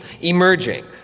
emerging